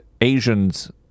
Asians